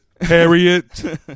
Harriet